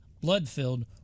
blood-filled